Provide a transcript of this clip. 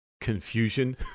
confusion